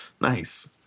Nice